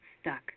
stuck